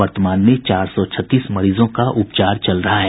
वर्तमान में चार सौ छत्तीस मरीजों का उपचार चल रहा है